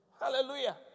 Hallelujah